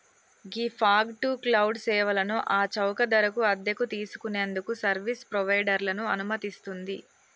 ghee fog to cloud సేవలను ఆ చౌక ధరకు అద్దెకు తీసుకు నేందుకు సర్వీస్ ప్రొవైడర్లను అనుమతిస్తుంది